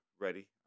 ready